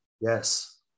Yes